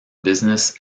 business